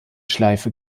schleife